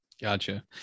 Gotcha